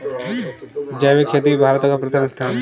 जैविक खेती में भारत का प्रथम स्थान है